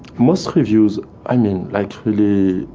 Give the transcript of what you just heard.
most reviews, i mean, like really,